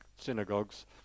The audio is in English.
synagogues